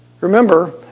remember